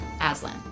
Aslan